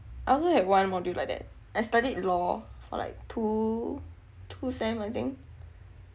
I also have one module like that I studied law for like two two sem I think